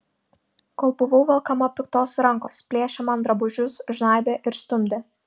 kol buvau velkama piktos rankos plėšė man drabužius žnaibė ir stumdė